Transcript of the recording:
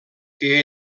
que